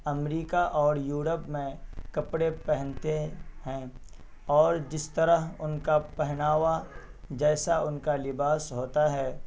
امریکہ اور یورپ میں کپڑے پہنتے ہیں اور جس طرح ان کا پہناوا جیسا ان کا لباس ہوتا ہے